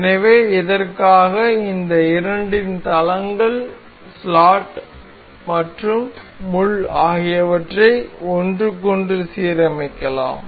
எனவே இதற்காக இந்த இரண்டின் தளங்கள் ஸ்லாட் மற்றும் முள் ஆகியவற்றை ஒன்றுக்கொன்று சீரமைக்கலாம்